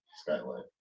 skylight